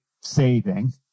saving